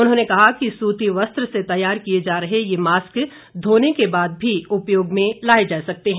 उन्होंने कहा कि सूती वस्त्र से तैयार किए जा रहे ये मास्क धोने के बाद भी उपयोग में लाए जा सकते हैं